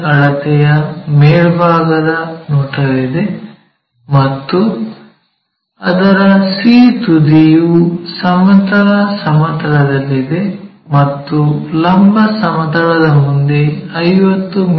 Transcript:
ಅಳತೆಯ ಮೇಲ್ಭಾಗದ ನೋಟವಿದೆ ಮತ್ತು ಅದರ C ತುದಿಯು ಸಮತಲ ಸಮತಲದಲ್ಲಿದೆ ಮತ್ತು ಲಂಬ ಸಮತಲದ ಮುಂದೆ 50 ಮಿ